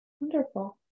wonderful